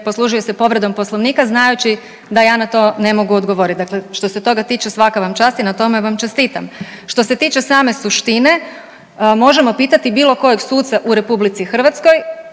poslužio se povredom Poslovnika znajući da ja na to ne mogu odgovoriti. Dakle, što se toga tiče svaka vam čast i na tome vam čestitam. Što se tiče same suštine, možemo pitati bilo kojeg suca u RH što